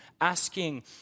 asking